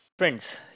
Friends